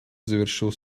завершил